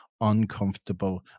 uncomfortable